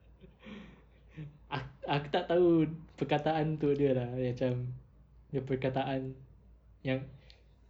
ak~ aku tak tahu perkataan itu dia lah dia macam dia perkataan yang